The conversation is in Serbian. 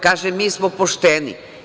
Kaže – mi smo pošteni.